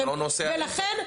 ולכן,